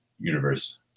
universe